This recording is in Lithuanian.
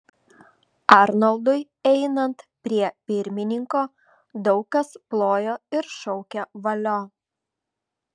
arnoldui einant prie pirmininko daug kas plojo ir šaukė valio